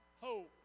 hope